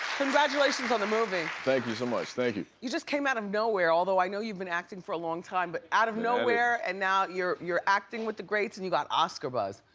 congratulations on the movie. thank you so much, thank you. you just came out of nowhere although i know you've been acting for a long time. but out of nowhere and now you're you're acting with the greats and you got oscar buzz.